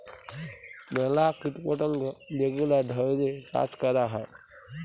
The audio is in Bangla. ম্যালা কীট পতঙ্গ যেগলা ধ্যইরে চাষ ক্যরা হ্যয়